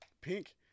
Pink